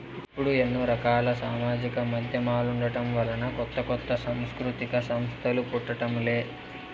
ఇప్పుడు ఎన్నో రకాల సామాజిక మాధ్యమాలుండటం వలన కొత్త కొత్త సాంస్కృతిక సంస్థలు పుట్టడం లే